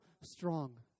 strong